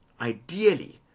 ideally